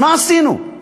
מה עשינו?